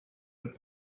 but